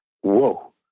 Whoa